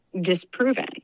disproven